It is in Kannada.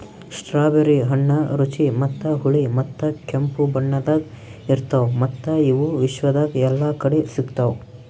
ಸ್ಟ್ರಾಬೆರಿ ಹಣ್ಣ ರುಚಿ ಮತ್ತ ಹುಳಿ ಮತ್ತ ಕೆಂಪು ಬಣ್ಣದಾಗ್ ಇರ್ತಾವ್ ಮತ್ತ ಇವು ವಿಶ್ವದಾಗ್ ಎಲ್ಲಾ ಕಡಿ ಸಿಗ್ತಾವ್